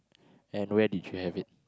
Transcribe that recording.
and where did you have it